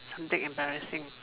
something embarrassing